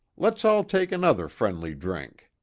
let's all take another friendly drink.